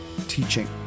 teaching